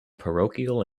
parochial